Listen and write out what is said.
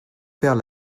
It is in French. faire